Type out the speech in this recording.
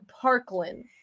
parkland